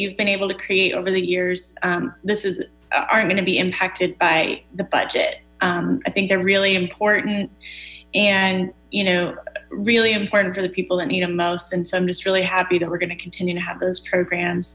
you've been able to create over the years this aren't going to be impacted by the budget i think they're really important and you really important for the people tat need them most and so i'm just really happy we're going to continue to have those programs